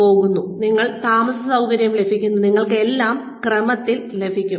പോകുന്നു നിങ്ങൾക്ക് താമസസൌകര്യം ലഭിക്കും നിങ്ങൾക്ക് എല്ലാം ക്രമത്തിൽ ലഭിക്കും